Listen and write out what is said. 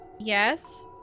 yes